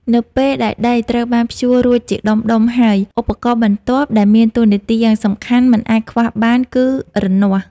នៅពេលដែលដីត្រូវបានភ្ជួររួចជាដុំៗហើយ ឧបករណ៍បន្ទាប់ដែលមានតួនាទីយ៉ាងសំខាន់មិនអាចខ្វះបានគឺរនាស់។